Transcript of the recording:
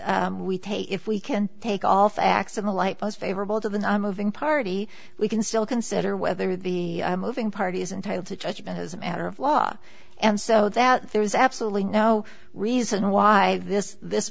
take if we can take all facts in the light as favorable to the moving party we can still consider whether the moving party is entitle to judgment as a matter of law and so that there is absolutely no reason why this this